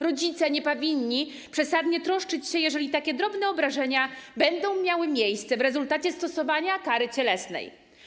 Rodzicie nie powinni przesadnie troszczyć się, jeżeli takie drobne obrażenia będą miały miejsce w rezultacie stosowania kary cielesnej˝